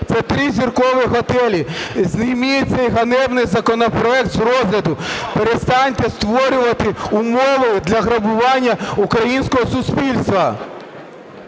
це тризіркові готелі. Зніміть цей ганебний законопроект з розгляду. Перестаньте створювати умови для грабування українського суспільства.